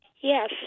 Yes